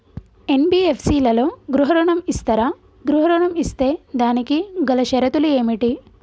NBFC లలో గృహ ఋణం ఇస్తరా? గృహ ఋణం ఇస్తే దానికి గల షరతులు ఏమిటి?